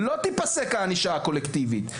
לא תיפסק הענישה הקולקטיבית.